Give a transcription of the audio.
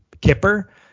Kipper